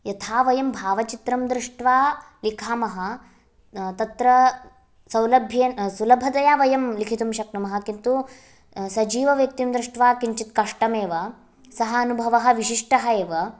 यथा वयं भावचित्रं दृष्ट्वा लिखामः तत्र सौलभ्ये सुलभतया लिखितुं शक्नुमः किन्तु सजीवव्यक्तिं दृष्ट्वा किञ्चित् कष्टमेव सः अनुभवः विशिष्टः एव